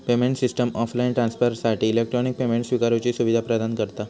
payment system offline ट्रांसफरसाठी electronic payment स्विकारुची सुवीधा प्रदान करता